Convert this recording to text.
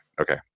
Okay